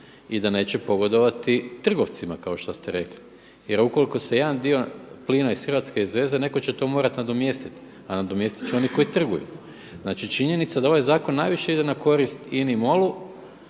i da neće pogodovati trgovcima kao što ste rekli. Jer ukoliko se jedan dio plina iz Hrvatske izveze neko će to morati nadomjestiti, a nadomjestit će oni koji trguju. Znači činjenica da ovaj zakon najviše ide na korist INA-i MOL-u